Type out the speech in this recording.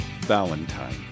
Valentine